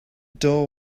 door